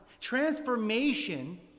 Transformation